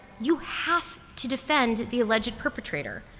you have to defend the alleged perpetrator.